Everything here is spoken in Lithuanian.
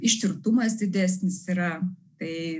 ištirtumas didesnis yra tai